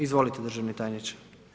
Izvolite državni tajniče.